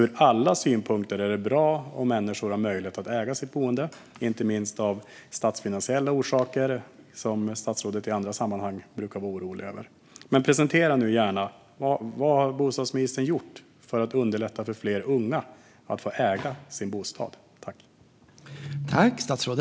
Ur alla synpunkter är det alltså bra om människor har möjlighet att äga sitt boende, inte minst av de statsfinansiella orsaker som statsrådet i andra sammanhang brukar vara orolig över. Presentera nu gärna: Vad har bostadsministern gjort för att underlätta för fler unga att äga sin bostad?